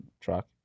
truck